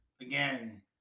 again